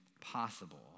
possible